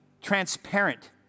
transparent